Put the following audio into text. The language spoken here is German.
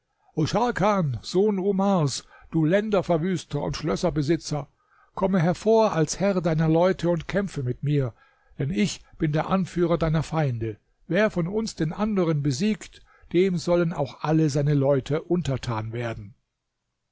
sohn omars du länderverwüster und schlösserbesitzer komm hervor als herr deiner leute und kämpfe mit mir denn ich bin der anführer deiner feinde wer von uns den anderen besiegt dem sollen auch alle seine leute untertan werden